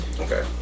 Okay